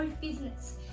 business